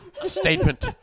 statement